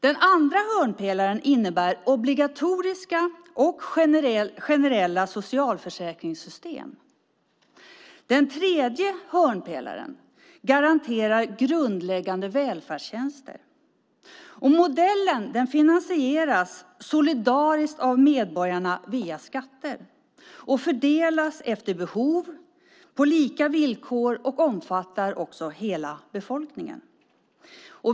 Den andra hörnpelaren innebär obligatoriska och generella socialförsäkringssystem. Den tredje hörnpelaren garanterar grundläggande välfärdstjänster. Modellen finansieras solidariskt av medborgarna via skatter, fördelas efter behov och på lika villkor och omfattar hela befolkningen.